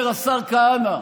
אומר השר כהנא,